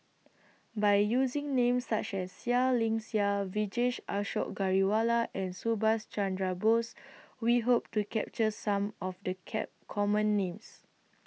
By using Names such as Seah Liang Seah Vijesh Ashok Ghariwala and Subhas Chandra Bose We Hope to capture Some of The Cap Common Names